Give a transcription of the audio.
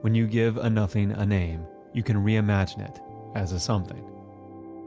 when you give a nothing a name, you can re-imagine as a something